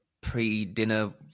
pre-dinner